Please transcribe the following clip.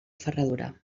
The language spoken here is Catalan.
ferradura